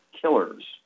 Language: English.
Killers